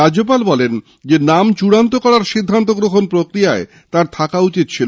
রাজ্যপাল বলেন নাম চূড়ান্ত করার সিদ্ধান্ত গ্রহণ প্রক্রিয়ায় তাঁর থাকা উচিত ছিল